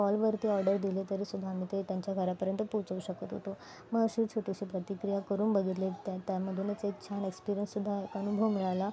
कॉलवरती order दिली तरी सुद्धा आम्ही ते त्यांच्या घरापर्यंत पोहोचवू शकत होतो मग अशी छोटीशी प्रतिक्रिया करून बघितली तर त्यामधूनच एक छान एक्स्पीरियंस सुद्धा अनुभव मिळाला